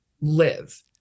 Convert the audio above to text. live